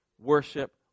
worship